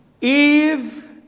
Eve